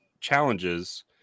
challenges